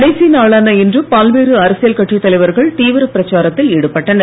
கடைசி நாளான இன்று பல்வேறு அரசியல் கட்சித் தலைவர்கள் தீவிரப் பிரச்சாரத்தில் ஈடுபட்டனர்